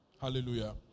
Hallelujah